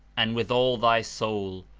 and with all thy soul,